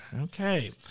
Okay